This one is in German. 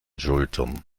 schultern